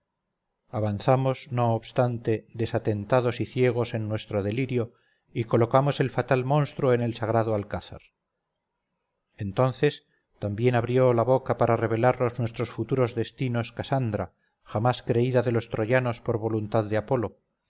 avanzamos no obstante desatentados y ciegos en nuestro delirio y colocamos el fatal monstruo en el sagrado alcázar entonces también abrió la boca para revelarnos nuestros futuros destinos casandra jamás creída de los troyanos por voluntad de apolo